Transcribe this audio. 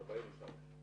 43, כן.